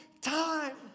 time